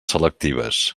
selectives